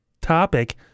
topic